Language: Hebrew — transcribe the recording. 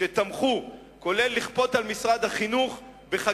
תמכו בכך,